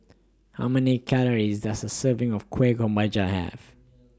How Many Calories Does A Serving of Kueh Kemboja Have